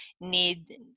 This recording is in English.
need